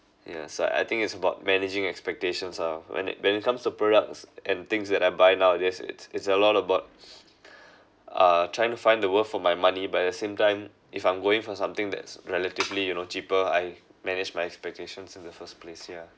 yeah so I think it's about managing expectations ah when it when it comes to products and things that I buy nowadays it's it's a lot of bought uh trying to find the worth for my money but at the same time if I'm going for something that's relatively you know cheaper I manage my expectations in the first place yeah